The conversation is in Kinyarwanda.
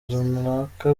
runaka